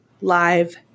live